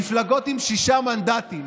מפלגות עם שישה מנדטים